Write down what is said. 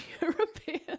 European